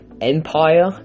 empire